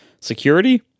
security